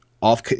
off